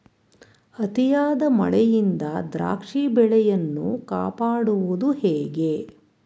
ಅತಿಯಾದ ಮಳೆಯಿಂದ ದ್ರಾಕ್ಷಿ ಬೆಳೆಯನ್ನು ಕಾಪಾಡುವುದು ಹೇಗೆ?